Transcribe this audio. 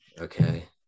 Okay